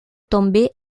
tombée